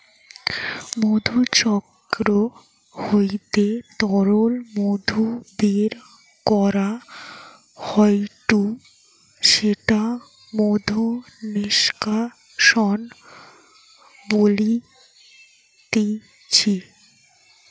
মধুচক্র হইতে তরল মধু বের করা হয়ঢু সেটা মধু নিষ্কাশন বলতিছে